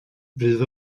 fydd